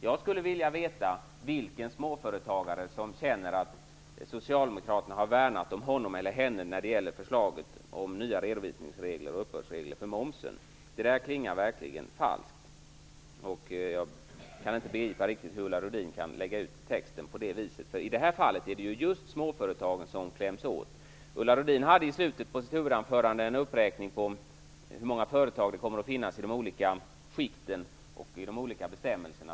Jag skulle vilja veta vilken småföretagare som känner att socialdemokraterna har värnat honom eller henne när det gäller förslaget om nya redovisnings och uppbördsregler för momsen. Det där klingar verkligen falskt. Jag kan inte riktigt begripa hur Ulla Rudin kan lägga ut texten på det viset. I det här fallet är det just småföretagen som kläms åt. Ulla Rudin hade i slutet på sitt huvudanförande en uppräkning av hur många företag som kommer att finnas i de olika skikten när det gäller de olika bestämmelserna.